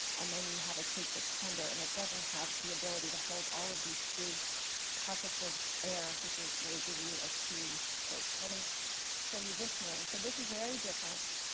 and then you have a cake that's tender, and it doesn't have the ability to hold all of these big pockets of air, which will give you a chewy cake. let me show you this meringue. so this is very different.